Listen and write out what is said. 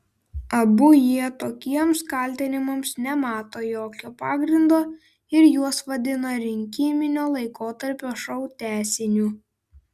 abu jie tokiems kaltinimams nemato jokio pagrindo ir juos vadina rinkiminio laikotarpio šou tęsiniu